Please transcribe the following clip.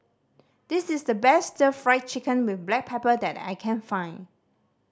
this is the best Stir Fry Chicken with black pepper that I can find